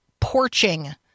porching